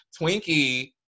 Twinkie